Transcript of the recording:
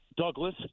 Douglas